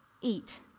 eat